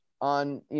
on